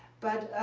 but